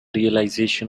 realization